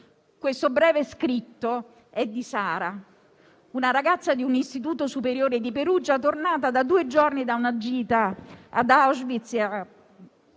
Questo breve scritto è di Sara, una ragazza di un istituto superiore di Perugia tornata da due giorni da una gita ad Auschwitz,